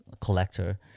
collector